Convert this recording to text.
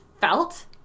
felt